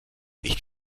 nicht